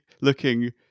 looking